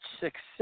success